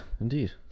indeed